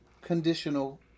conditional